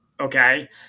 okay